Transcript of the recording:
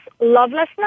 lovelessness